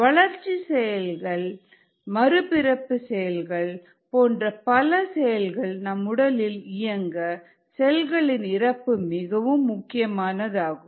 வளர்ச்சி செயல்கள் மறுபிறப்பு செயல்கள் போன்ற பல செயல்கள் நம் உடலில் இயங்க செல்களின் இறப்பு மிகவும் முக்கியமானதாகும்